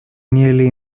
nearly